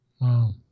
Wow